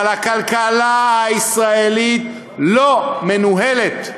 אבל הכלכלה הישראלית לא מנוהלת.